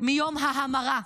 מיום ההמרה: